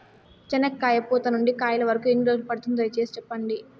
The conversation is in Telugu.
చెనక్కాయ పూత నుండి కాయల వరకు ఎన్ని రోజులు పడుతుంది? దయ సేసి చెప్పండి?